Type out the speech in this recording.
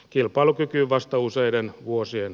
kilpailukyky vasta useiden vuosien